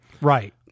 right